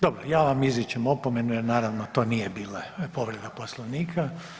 Dobro, ja vam izričem opomenu jer naravno to nije bila povreda Poslovnika.